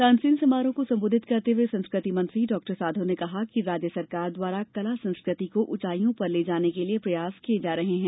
तानसेन समारोह को संबोधित करते हए संस्कृति मंत्री डॉ साधौ ने कहा कि राज्य सरकार द्वारा कला संस्कृति को ऊंचाइयों पर ले जाने के लिए प्रयास किय जा रहे है